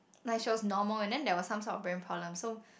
like she was normal and then there was some sort of brain problem so